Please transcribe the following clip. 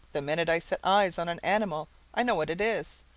the minute i set eyes on an animal i know what it is.